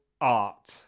art